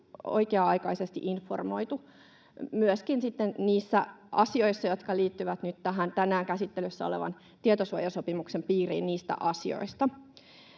oikea-aikaisesti informoitu, myöskin sitten niissä asioissa, jotka liittyvät nyt tähän tänään käsittelyssä olevan tietosuojasopimuksen piiriin. Tämä on